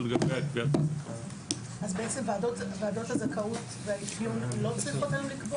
לגבי --- אז בעצם ועדות הזכאות והאפיון לא צריכות היום לקבוע?